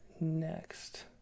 next